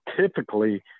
typically